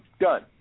done